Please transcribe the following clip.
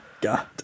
God